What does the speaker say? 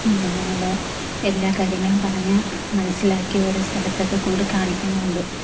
എല്ലാ കാര്യങ്ങളും പറഞ്ഞ് മനസ്സിലാക്കി ഓരോ സ്ഥലത്തൊക്കെക്കൊണ്ട് കാണിക്കുന്നുണ്ട്